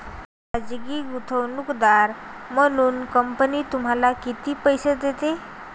खाजगी गुंतवणूकदार म्हणून कंपनी तुम्हाला किती पैसे देते?